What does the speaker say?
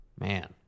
man